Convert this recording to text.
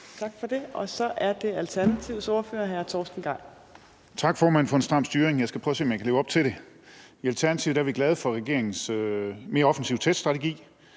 Tak for det. Så er det Alternativets ordfører, hr. Torsten Gejl. Kl. 15:25 (Ordfører) Torsten Gejl (ALT): Tak til formanden for en stram styring. Jeg skal prøve at se, om jeg kan leve op til det. I Alternativet er vi glade for regeringens mere offensive teststrategi.